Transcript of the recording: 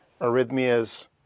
Arrhythmias